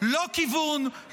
לא כיוון,